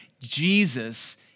Jesus